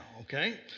okay